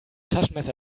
taschenmesser